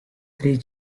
three